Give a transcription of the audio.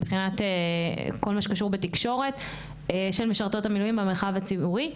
מבחינת כל מה שקשור בתקשורת של משרתות המילואים במרחב הציבורי.